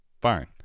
fine